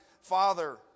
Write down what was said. Father